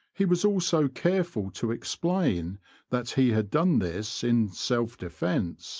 he was also careful to explain that he had done this in self defence